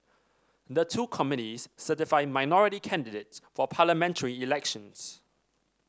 the two committees certify minority candidates for parliamentary elections